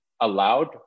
allowed